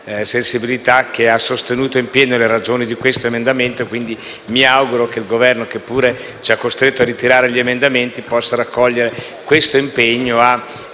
sensibilità, anche perché ha sostenuto in pieno le ragioni dell'emendamento e quindi mi auguro che il Governo, che pure ci ha costretto a ritirare gli emendamenti, possa accogliere l'impegno,